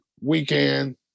weekend